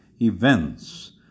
events